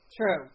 True